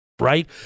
Right